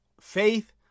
faith